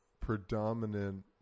predominant